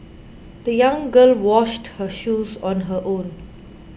the young girl washed her shoes on her own